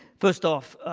first off,